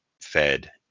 fed